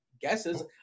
guesses